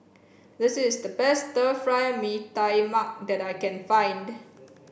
this is the best Fry Mee Tai Mak that I can find